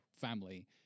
family